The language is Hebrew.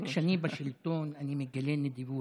לא, כשאני בשלטון אני מגלה נדיבות.